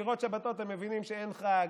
לראות שבתות והם מבינים שאין חג,